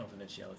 confidentiality